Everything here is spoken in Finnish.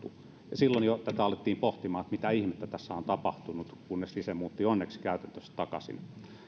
muuttui jo silloin alettiin pohtimaan että mitä ihmettä tässä on tapahtunut kunnes rise muutti onneksi käytäntönsä takaisin